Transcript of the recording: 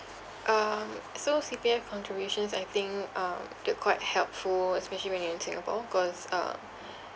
um so C_P_F contributions I think um they're quite helpful especially when you're in singapore cause uh